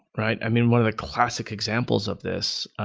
right? i mean, one of the classic examples of this,